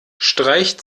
streicht